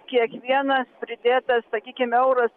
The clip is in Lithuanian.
kiekvienas pridėtas sakykim euras